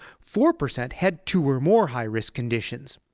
four percent had two or more high-risk conditions.